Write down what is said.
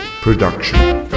production